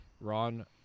Ron